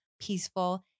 peaceful